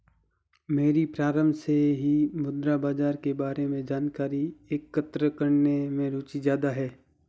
मेरी प्रारम्भ से ही मुद्रा बाजार के बारे में जानकारी एकत्र करने में रुचि ज्यादा है